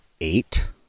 eight